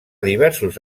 diversos